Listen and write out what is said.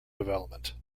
development